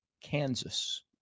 Kansas